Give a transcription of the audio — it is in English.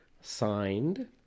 signed